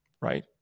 Right